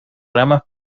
ramas